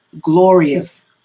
glorious